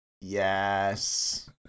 Yes